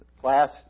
class